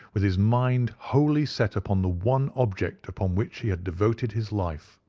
with his mind wholly set upon the one object upon which he had devoted his life.